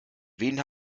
wen